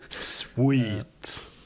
sweet